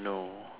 no